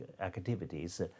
activities